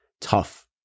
tough